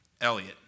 Elliot